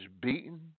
beaten